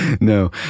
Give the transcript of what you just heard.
No